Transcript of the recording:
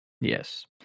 yes